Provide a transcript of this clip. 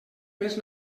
més